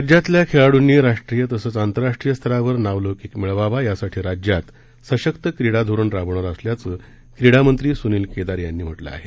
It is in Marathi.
राज्यातल्या खेळाडूंनी राष्ट्रीय तसंच आंतरराष्ट्रीय स्तरावर नावलौकिक मिळवावा यासाठी राज्यात सशक्त क्रीडा धोरण राबवणार असल्याचं क्रीडा मंत्री स्नील केदारे यांनी म्हटलं आहे